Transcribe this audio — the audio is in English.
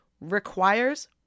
requires